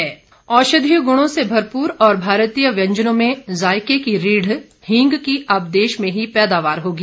हींग औषधीय गुणों से भरपूर और भारतीय व्यंजनों में जायके की रीढ़ हींग की अब देश में भी पैदावार होगी